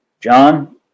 John